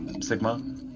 Sigma